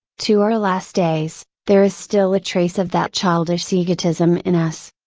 to our last days, there is still a trace of that childish egotism in us.